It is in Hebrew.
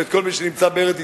ואת כל מי שנמצא בארץ-ישראל,